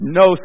no